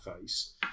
face